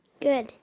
Good